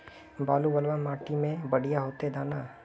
बालू वाला माटी में बढ़िया होते दाना?